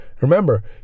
Remember